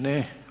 Ne.